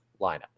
lineup